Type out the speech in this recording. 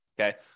okay